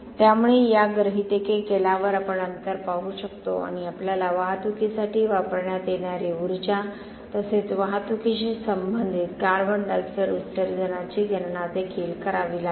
त्यामुळे या गृहीतके केल्यावर आपण अंतर पाहू शकतो कारण आपल्याला वाहतुकीसाठी वापरण्यात येणारी ऊर्जा तसेच वाहतुकीशी संबंधित कार्बन डायॉक्साइड उत्सर्जनाची गणना देखील करावी लागेल